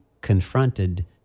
confronted